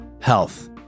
health